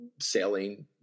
sailing